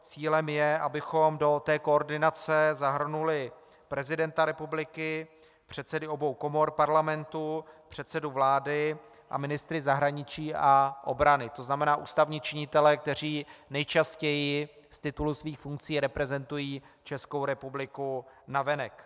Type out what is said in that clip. Cílem je, abychom do koordinace zahrnuli prezidenta republiky, předsedy obou komor Parlamentu, předsedu vlády a ministry zahraničí a obrany, to znamená ústavní činitele, kteří nejčastěji z titulu svých funkcí reprezentují Českou republiku navenek.